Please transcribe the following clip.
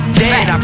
dead